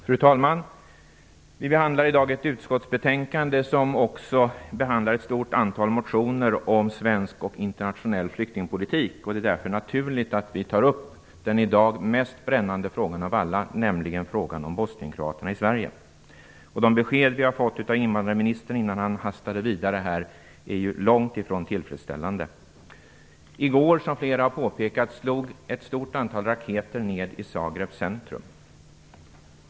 Fru talman! Vi diskuterar i dag ett utskottsbetänkande som bl.a. behandlar ett stort antal motioner om svensk och internationell flyktingpolitik, och det är därför naturligt att vi tar upp den i dag mest brännande frågan av alla, nämligen den som gäller bosnienkroaterna i Sverige. De besked som vi har fått av invandrarministern innan han hastade vidare är långt ifrån tillfredsställande. I går slog, som flera talare har påpekat, ett stort antal raketer ned i Zagrebs centrum.